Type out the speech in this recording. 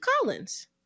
Collins